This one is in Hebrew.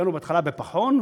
גרנו בהתחלה בפחון,